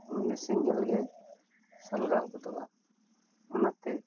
ᱥᱮᱸᱜᱮᱞ ᱜᱮ ᱥᱟᱞᱜᱟᱣ ᱜᱚᱫᱚᱜᱼᱟ ᱚᱱᱟᱛᱮ